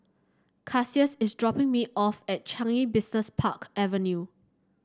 Cassius is dropping me off at Changi Business Park Avenue